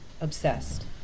obsessed